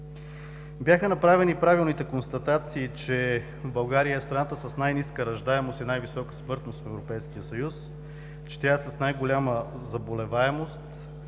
Бяха направени правилните констатации, че България е страната с най-ниска раждаемост и най-висока смъртност в Европейския съюз, че тя е с най-голяма заболеваемост,